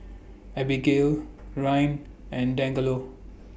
Abagail Ryne and Dangelo